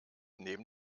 neben